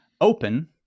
Open